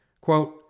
Quote